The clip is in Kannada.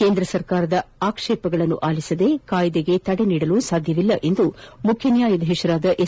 ಕೇಂದ್ರ ಸರ್ಕಾರದ ಆಕ್ವೇಪಗಳನ್ನು ಆಲಿಸದೇ ಕಾಯ್ದೆಗೆ ತಡೆ ನೀಡಲು ಸಾಧ್ಯವಿಲ್ಲ ಎಂದು ಮುಖ್ಯ ನ್ಯಾಯಧೀಶ ಎಸ್